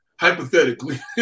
hypothetically